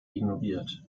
ignoriert